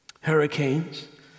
hurricanes